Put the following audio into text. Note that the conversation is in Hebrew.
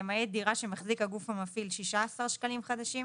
למעט דירה שמחזיק הגוף המפעיל - 16 שקלים חדשים,